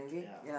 ya